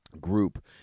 group